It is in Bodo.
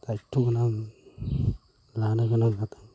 दात्य गोनां लानो गोजां जादों